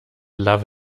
love